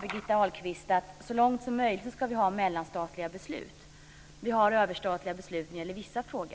Birgitta Ahlqvist sade att vi så långt som möjligt ska ha mellanstatliga beslut. Vi har överstatliga beslut när det gäller vissa frågor.